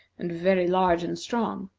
and very large and strong.